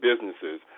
businesses